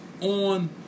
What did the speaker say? on